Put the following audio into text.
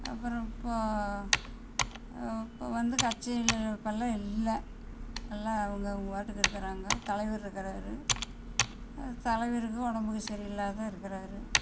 அப்புறம் இப்போது இப்போ வந்து கட்சியில் இப்போல்லாம் இல்லை எல்லா அவங்கவுங்க பாட்டுக்கு இருக்கிறாங்க தலைவர் இருக்கிறாரு தலைவருக்கு உடம்புக்கு சரியில்லாத இருக்கிறாரு